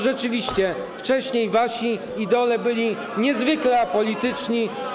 Rzeczywiście, wcześniej wasi idole byli niezwykle apolityczni.